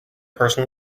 person